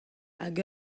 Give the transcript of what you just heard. hag